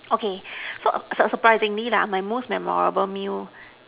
okay so surprisingly lah my most memorable meal